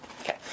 Okay